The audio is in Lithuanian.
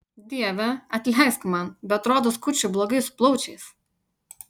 dieve atleisk man bet rodos kučui blogai su plaučiais